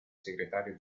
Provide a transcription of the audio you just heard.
segretario